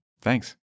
Thanks